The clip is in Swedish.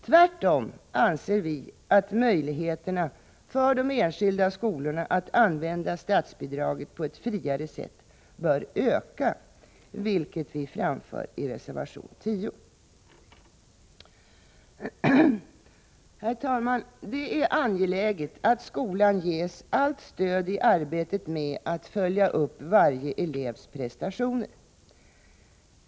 Tvärtom anser vi att möjligheterna för de enskilda skolorna att använda statsbidraget på ett friare sätt bör öka, vilket vi framför i reservation 10. Herr talman! Det är angeläget att skolan ges allt stöd i arbetet med att följa upp varje elevs prestationer.